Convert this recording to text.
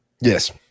Yes